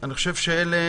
אני חושב שאלה